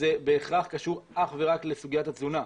שזה בהכרח קשור אך ורק לסוגיית התזונה.